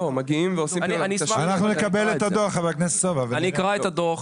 אנחנו נקבל את הדו"ח